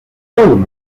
todos